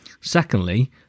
Secondly